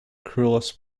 cruellest